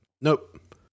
Nope